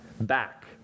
back